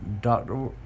doctor